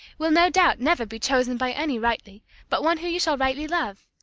will no doubt never be chosen by any rightly but one who you shall rightly love.